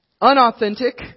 unauthentic